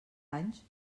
anys